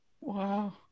Wow